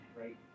right